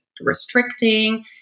restricting